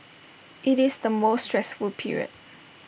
IT is the most stressful period